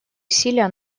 усилия